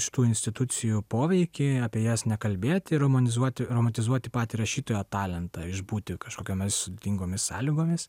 šitų tų institucijų poveikį apie jas nekalbėti romanizuoti romantizuoti patį rašytojo talentą išbūti kažkokiomis sudėtingomis sąlygomis